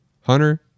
Hunter